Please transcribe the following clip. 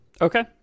Okay